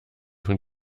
von